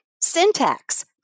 syntax